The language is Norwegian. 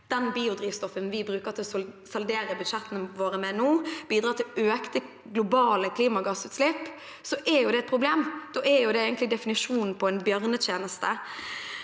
det biodrivstoffet vi bruker til å saldere budsjettene våre med nå, bidrar til økte globale klimagassutslipp, er jo det et problem. Da er det egentlig definisjonen på en bjørnetjeneste.